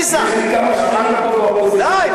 ניסן, די.